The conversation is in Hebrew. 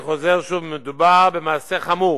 אני חוזר שוב, מדובר במעשה חמור.